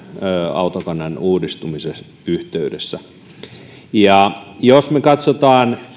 autokannan uudistumisen yhteydessä jos me katsomme